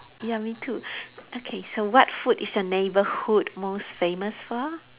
ya me too okay so what food is your neighborhood most famous for